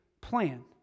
plan